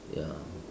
ya